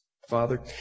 Father